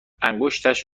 انگشتش